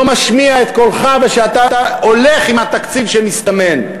משמיע את קולך ואתה הולך עם התקציב שמסתמן?